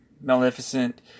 Maleficent